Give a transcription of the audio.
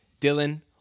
Dylan